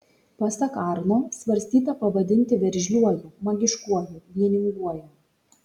pasak arno svarstyta pavadinti veržliuoju magiškuoju vieninguoju